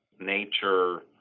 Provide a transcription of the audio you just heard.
nature